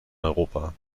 europa